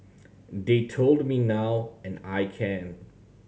they told me now and I can